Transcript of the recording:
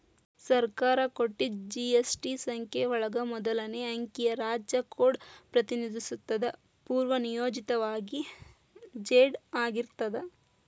ಸರ್ಕಾರ ಕೊಟ್ಟಿದ್ ಜಿ.ಎಸ್.ಟಿ ಸಂಖ್ಯೆ ಒಳಗ ಮೊದಲನೇ ಅಂಕಿಗಳು ರಾಜ್ಯ ಕೋಡ್ ಪ್ರತಿನಿಧಿಸುತ್ತದ ಪೂರ್ವನಿಯೋಜಿತವಾಗಿ ಝೆಡ್ ಆಗಿರ್ತದ